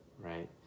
Right